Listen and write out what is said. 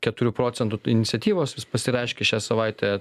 keturių procentų iniciatyvos vis pasireiškia šią savaitę